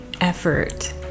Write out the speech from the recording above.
effort